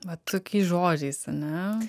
va tokiais žodžiais ane